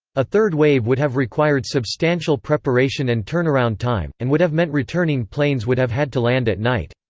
a third wave would have required substantial preparation and turnaround time, and would have meant returning planes would have had to land at night.